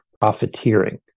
profiteering